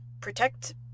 protect